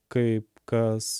kaip kas